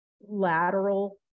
lateral